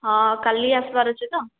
ହଁ କାଲି ହିଁ ଆସିବାର୍ ଅଛେ ତ